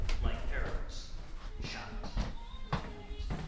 like arrows shot by night.